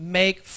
make